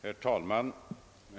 Herr talman!